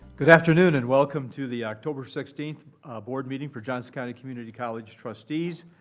good afternoon. and welcome to the october sixteenth board meeting for johnson county community college trustees.